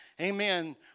Amen